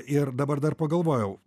ir dabar dar pagalvojau